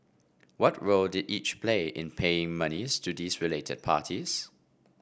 what role did each play in paying monies to these related parties